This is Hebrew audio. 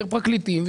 יותר פרקליטים,